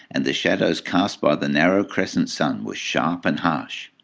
and the shadows cast by the narrow crescent sun were sharp and harsh.